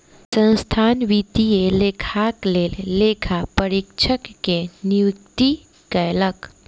संस्थान वित्तीय लेखाक लेल लेखा परीक्षक के नियुक्ति कयलक